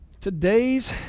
Today's